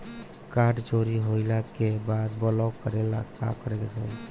Card चोरी होइला के बाद ब्लॉक करेला का करे के होई?